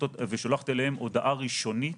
ושולחת אליהם הודעה ראשונית